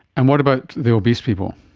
and what about the obese people?